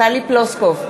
טלי פלוסקוב,